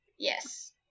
Yes